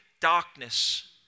darkness